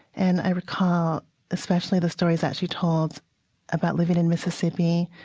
and i recall especially the stories that she told about living in mississippi,